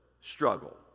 struggle